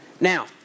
Now